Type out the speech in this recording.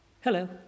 Hello